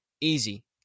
Easy